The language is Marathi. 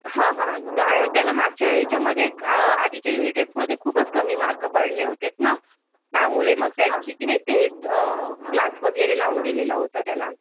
हां हां कारण त्याला मागच्या येच्यामध्ये आधीच्या युनिट टेस्टमध्ये खूपच कमी मार्क पडले होतेत ना त्यामुळे मग त्याची किनई टेस्ट क्लास वगैरे लावून दिलेला होता त्याला